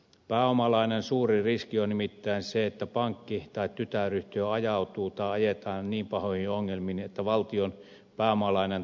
pääomalainojen suuri riski on nimittäin se että pankki tai tytäryhtiö ajautuu tai ajetaan niin pahoihin ongelmiin että valtion pääomalainan takaisinmaksu vaarantuu